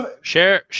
Share